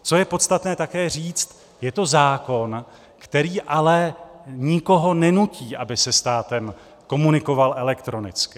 Co je podstatné také říct, je to zákon, který ale nikoho nenutí, aby se státem komunikoval elektronicky.